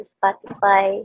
Spotify